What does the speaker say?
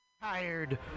...tired